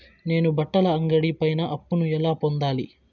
నేను బట్టల అంగడి పైన అప్పును ఎలా పొందాలి?